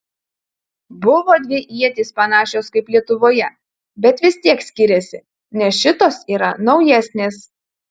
buvo dvi ietys panašios kaip lietuvoje bet vis tiek skiriasi nes šitos yra naujesnės